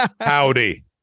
howdy